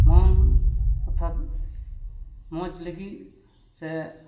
ᱢᱚᱱ ᱚᱨᱛᱷᱟᱛ ᱢᱚᱡᱽ ᱞᱟᱹᱜᱤᱫ ᱥᱮ